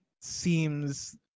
seems